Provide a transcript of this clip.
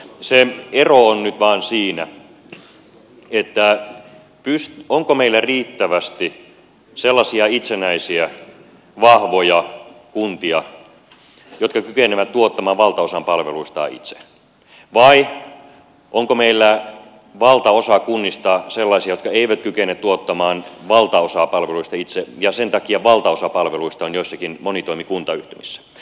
se ero on nyt vain siinä onko meillä riittävästi sellaisia itsenäisiä vahvoja kuntia jotka kykenevät tuottamaan valtaosan palveluistaan itse vai onko meillä valtaosa kunnista sellaisia jotka eivät kykene tuottamaan valtaosaa palveluista itse ja sen takia valtaosa palveluista on joissakin monitoimikuntayhtymissä